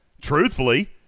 Truthfully